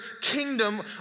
kingdom